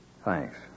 Thanks